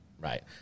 right